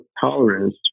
tolerance